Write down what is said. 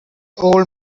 old